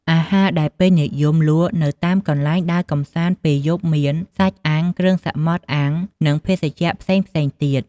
អាហារដែលពេញនិយមលក់នៅតាមកន្លែងដើរកម្សាន្តពេលយប់មាន សាច់អាំង គ្រឿងសមុទ្រអាំង និងភេសជ្ជៈផ្សេងៗទៀត។